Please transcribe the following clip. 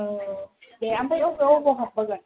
औ दे ओमफ्राय बबेयाव बबेयाव हाबबोगोन